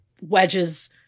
wedges